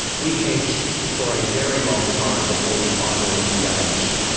we hedged for a very long time before we finally engaged.